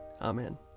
Amen